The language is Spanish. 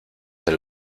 del